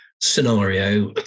scenario